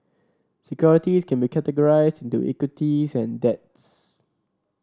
securities can be categorized into equities and debts